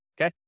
Okay